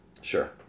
Sure